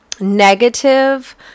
negative